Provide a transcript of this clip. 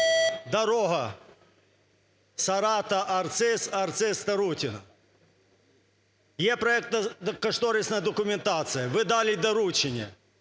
дорога Сарата-Арциз, Арциз-Тарутино. Є проектно-кошторисна документація, ви дали доручення,